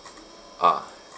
ah